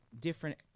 different